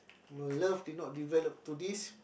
my love did not develop to this